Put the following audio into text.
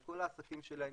על כל העסקים שלהם,